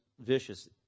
vicious